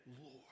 Lord